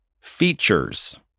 features